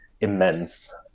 immense